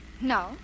No